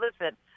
Listen